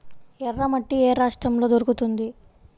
ఎర్రమట్టి ఏ రాష్ట్రంలో దొరుకుతుంది?